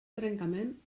trencament